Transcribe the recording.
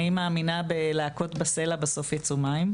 אני מאמינה בלהכות בסלע ובסוף ייצאו מים.